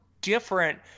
different